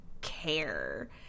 care